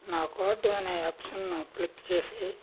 నా కార్ట్ అనే ఆప్షన్ను క్లిక్ చేసి